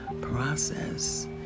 process